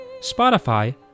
Spotify